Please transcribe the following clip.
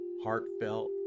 heartfelt